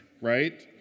right